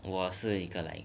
我是一个 like